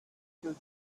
igel